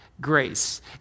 grace